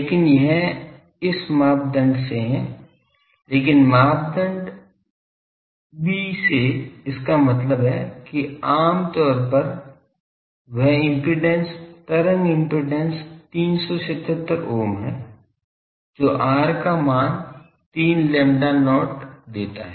लेकिन यह इस मापदंड से है लेकिन मापदंड बी से इसका मतलब है कि आम तौर पर वह इम्पीडेन्स तरंग इम्पीडेन्स 377 ओम है जो r का मान 3 lambda not देता है